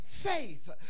faith